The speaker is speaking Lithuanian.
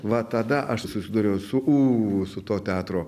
va tada aš susi susidūriau su ū su to teatro